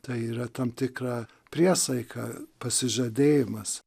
tai yra tam tikra priesaika pasižadėjimas